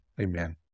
Amen